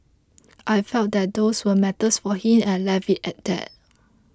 I felt that those were matters for him and I left it at that